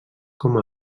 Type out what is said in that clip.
com